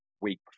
week